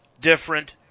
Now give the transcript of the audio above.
different